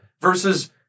Versus